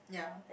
yeah